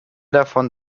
davon